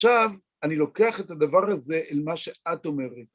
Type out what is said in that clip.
עכשיו אני לוקח את הדבר הזה אל מה שאת אומרת.